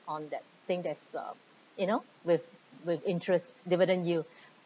on that thing that's uh you know with with interest dividend yield